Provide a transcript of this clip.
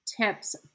tips